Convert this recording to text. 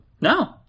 No